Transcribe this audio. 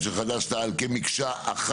יש לך דקה כבר נשאר לך.